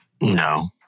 No